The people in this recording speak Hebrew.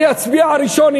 אני אצביע ראשון.